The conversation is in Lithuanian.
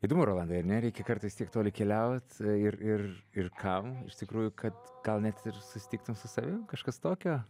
įdomu rolandai ar ne reikia kartais tiek toli keliaut ir ir ir kam iš tikrųjų kad gal net ir susitiktum su savim kažkas tokio